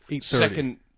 second